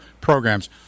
programs